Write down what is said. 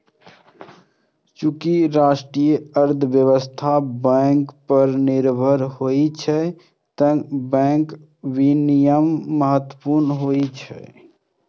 चूंकि राष्ट्रीय अर्थव्यवस्था बैंक पर निर्भर होइ छै, तें बैंक विनियमन महत्वपूर्ण होइ छै